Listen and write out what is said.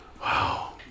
Wow